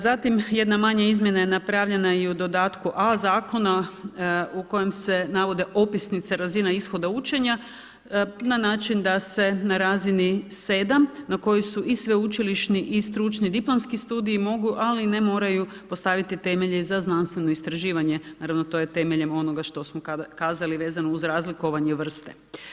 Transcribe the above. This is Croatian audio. Zatim, jedna manja izmjena je napravljena i u dodatku A zakona, u kojem se navode upisnice razina ishoda učenja, na način da se na razini 7 na kojoj su i sveučilišni i stručni diplomski studij, moraju ali i ne moraju postaviti temelje za znanstveno istraživanje, naravno to je temeljem onoga što smo kazali vezano uz razlikovanje vrste.